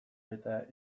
eta